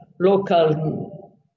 local